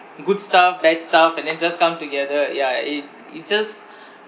good stuff bad stuff and then just come together ya it it just